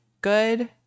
good